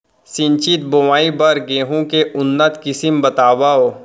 सिंचित बोआई बर गेहूँ के उन्नत किसिम बतावव?